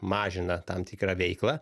mažina tam tikrą veiklą